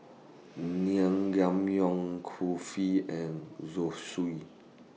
Naengmyeon Kulfi and Zosui